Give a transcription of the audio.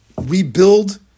rebuild